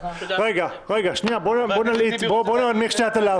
בואו ננמיך שנייה את הלהבות.